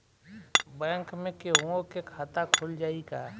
Bank में केहूओ के खाता खुल जाई का?